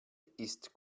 ist